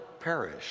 perish